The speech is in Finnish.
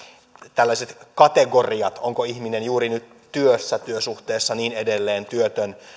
tällaiset kategoriat onko ihminen juuri nyt työssä työsuhteessa työtön ja